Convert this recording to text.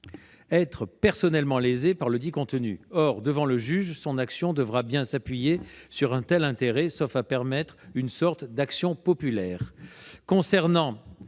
être personnellement lésée par ledit contenu. Or, devant le juge, son action devra bien s'appuyer sur un tel intérêt, sauf à permettre une sorte d'action populaire. D'autre